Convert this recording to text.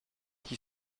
qui